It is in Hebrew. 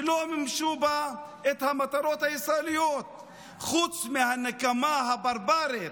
שלא מימשו בה את המטרות הישראליות חוץ מהנקמה הברברית,